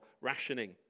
rationing